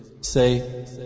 Say